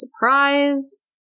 surprise